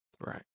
Right